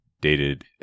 dated